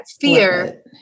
fear